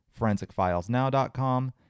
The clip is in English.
forensicfilesnow.com